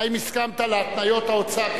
האם הסכמת להתניות האוצר,